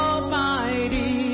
Almighty